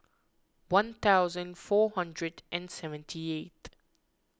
one thousand four hundred and seventy eighth